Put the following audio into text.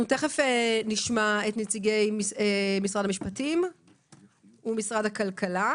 מיד נשמע את נציגי משרד המשפטים ומשרד הכלכלה,